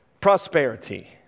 prosperity